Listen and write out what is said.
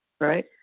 right